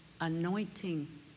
anointing